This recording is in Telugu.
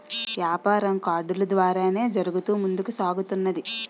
యాపారం కార్డులు ద్వారానే జరుగుతూ ముందుకు సాగుతున్నది